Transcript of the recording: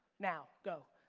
now, go.